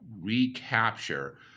recapture